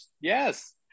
Yes